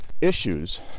issues